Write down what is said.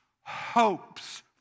hopes